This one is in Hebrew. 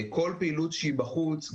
כל פעילות שהיא בחוץ,